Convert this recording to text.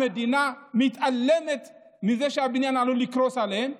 המדינה מתעלמת מזה שהבניין עלול לקרוס עליהם.